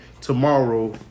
tomorrow